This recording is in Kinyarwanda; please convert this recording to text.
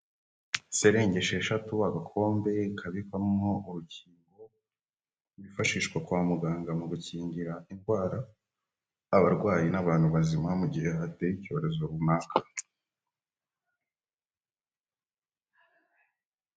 Serenge esheshatu, agakombe kabikwamo urukingo rwifashishwa kwa muganga mu gukingira indwara abarwayi n'abantu bazima mu gihe hateye icyorezo runaka.